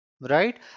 right